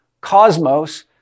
cosmos